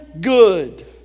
good